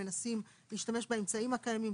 האם בפועל מנסים להשתמש באמצעים הקיימים,